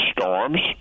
storms